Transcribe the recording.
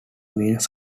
means